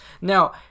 Now